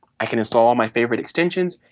i can install all my favorite extensions,